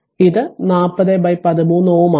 അതിനാൽ ഇത് 40 13 Ω ആണ്